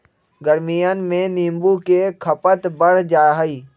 गर्मियन में नींबू के खपत बढ़ जाहई